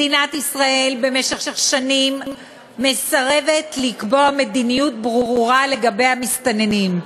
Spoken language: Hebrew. מדינת ישראל במשך שנים מסרבת לקבוע מדיניות ברורה לגבי המסתננים.